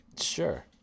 Sure